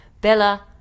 Bella